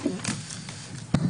אני אגיד